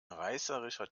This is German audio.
reißerischer